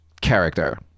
character